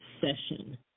session